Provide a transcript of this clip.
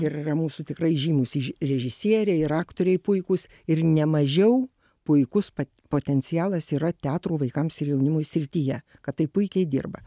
ir yra mūsų tikrai žymūs iž režisieriai ir aktoriai puikūs ir ne mažiau puikus pat potencialas yra teatrų vaikams ir jaunimui srityje kad tai puikiai dirba